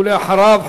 ואחריו,